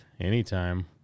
anytime